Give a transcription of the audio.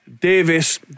Davis